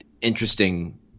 interesting